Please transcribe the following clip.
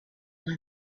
will